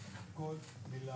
אלה שלא מקבלים תוספות.